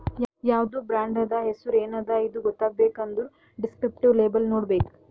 ಯಾವ್ದು ಬ್ರಾಂಡ್ ಅದಾ, ಹೆಸುರ್ ಎನ್ ಅದಾ ಇದು ಗೊತ್ತಾಗಬೇಕ್ ಅಂದುರ್ ದಿಸ್ಕ್ರಿಪ್ಟಿವ್ ಲೇಬಲ್ ನೋಡ್ಬೇಕ್